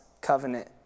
covenant